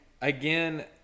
Again